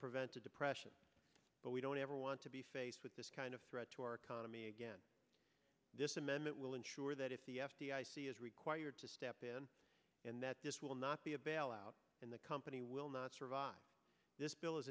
prevent a depression but we don't ever want to be faced with this kind of threat to our economy again this amendment will ensure that it is required to step in and that this will not be a bailout and the company will not survive this bill is